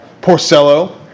Porcello